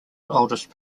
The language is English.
oldest